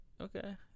Okay